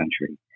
country